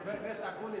חבר הכנסת אקוניס,